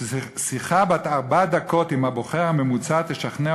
שיחה בת ארבע דקות עם הבוחר הממוצע תשכנע